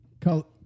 Call